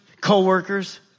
coworkers